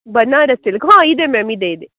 Banaras silk ಹಾಂ ಇದೆ ma'am ಇದೆ ಇದೆ